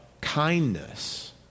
kindness